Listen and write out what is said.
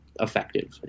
effective